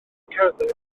cerdded